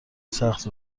سخت